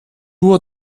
nur